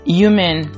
human